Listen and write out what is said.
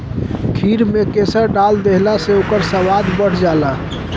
खीर में केसर डाल देहला से ओकर स्वाद बढ़ जाला